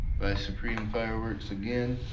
by supreme fireworks again